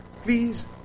Please